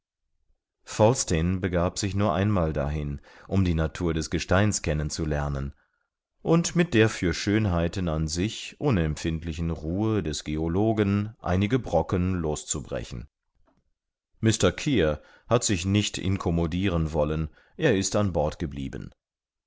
falsten begab sich nur einmal dahin um die natur des gesteins kennen zu lernen und mit der für schönheiten an sich unempfindlichen ruhe des geologen einige brocken loszubrechen mr kear hat sich darum nicht incommodiren wollen er ist an bord geblieben